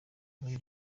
muri